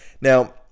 Now